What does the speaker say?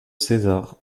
césar